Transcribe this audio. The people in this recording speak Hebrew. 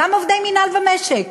גם עובדי מינהל ומשק,